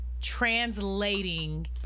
translating